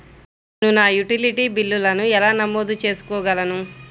నేను నా యుటిలిటీ బిల్లులను ఎలా నమోదు చేసుకోగలను?